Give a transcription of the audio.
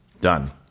done